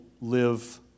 live